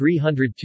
302